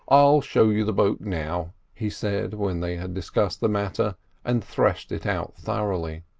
i'll show you the boat now, he said, when they had discussed the matter and threshed it out thoroughly.